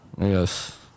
Yes